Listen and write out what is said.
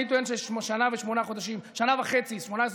אני טוען ששנה וחצי, 18 חודשים,